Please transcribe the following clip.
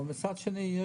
אבל מצד שני,